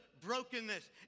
brokenness